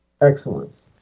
excellence